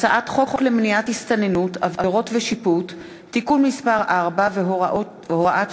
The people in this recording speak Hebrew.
הצעת חוק למניעת הסתננות (עבירות ושיפוט) (תיקון מס' 4 והוראת שעה),